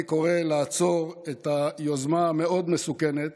אני קורא לעצור את היוזמה המאוד-מסוכנת